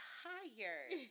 tired